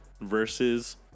versus